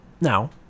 Now